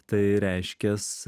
tai reiškias